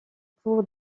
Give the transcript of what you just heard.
pour